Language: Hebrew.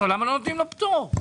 למה לא נותנים לו פטור?